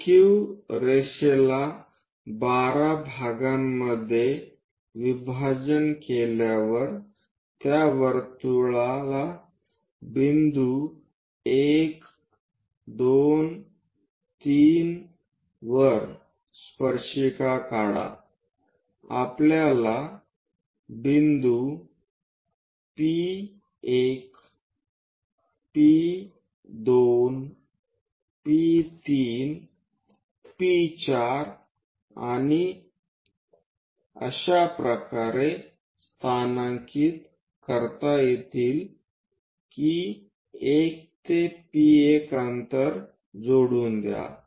PQ रेषेला 12 भागांमध्ये विभाजन केल्यावर त्या वर्तुळाला बिंदू 1 2 3 वर स्पर्शिका काढा आपल्याला बिंदू P1 P2 P3 P4 आणि अशा प्रकारे स्थानांकित करता येतील की 1 ते P1 अंतर जोडून द्या